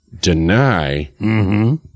deny